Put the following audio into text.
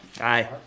Aye